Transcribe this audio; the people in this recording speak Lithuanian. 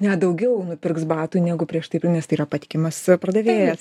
net daugiau nupirks batų negu prieš tai nes tai yra patikimas pardavėjas